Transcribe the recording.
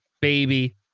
baby